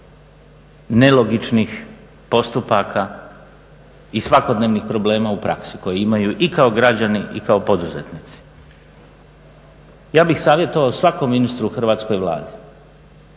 nelogičnih postupaka i svakodnevnih problema u praksi koje imaju i kao građani i kao poduzetnici. Ja bih savjetovao svakom ministru u Hrvatskoj vladi